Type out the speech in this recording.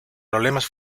problemas